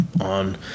on